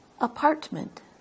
Apartment